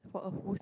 for a full